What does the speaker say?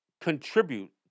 contribute